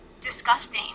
disgusting